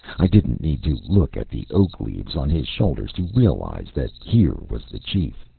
i didn't need to look at the oak leaves on his shoulders to realize that here was the chief,